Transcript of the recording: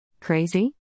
Crazy